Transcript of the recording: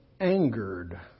angered